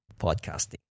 podcasting